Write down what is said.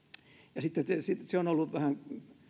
sitten se on ollut vähän